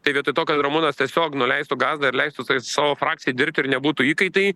tai vietoj to kad ramūnas tiesiog nuleistų gazą ir leistų turėti savo frakcijai dirbti ir nebūtų įkaitai